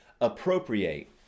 Appropriate